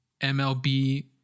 MLB